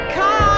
Come